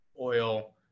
oil